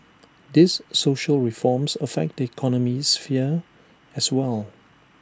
these social reforms affect the economic sphere as well